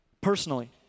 personally